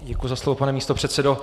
Děkuji za slovo, pane místopředsedo.